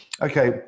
okay